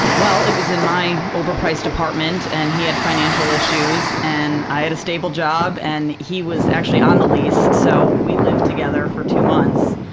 well, it was in my overpriced apartment, and he had financial issues, and i had a stable job, and he was actually on the lease, so we lived together for two months,